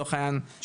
לצורך העניין,